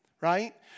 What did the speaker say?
right